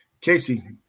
Casey